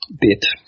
bit